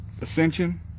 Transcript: Ascension